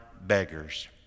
beggars